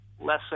less